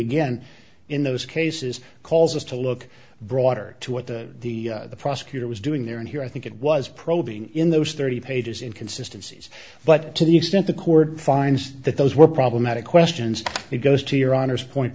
again in those cases calls us to look broader to what the prosecutor was doing there and here i think it was probing in those thirty pages in consistencies but to the extent the court finds that those were problematic questions it goes to your honor's point